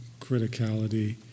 criticality